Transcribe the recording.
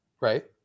Right